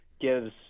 gives